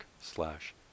slash